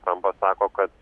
trampas sako kad